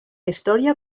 història